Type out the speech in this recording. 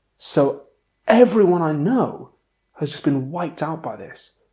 so everyone i know has just been wiped out by this.